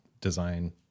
design